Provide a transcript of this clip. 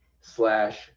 slash